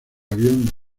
avión